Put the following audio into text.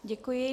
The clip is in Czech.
Děkuji.